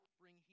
bring